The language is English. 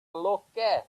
lucky